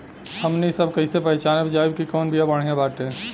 हमनी सभ कईसे पहचानब जाइब की कवन बिया बढ़ियां बाटे?